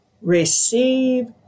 receive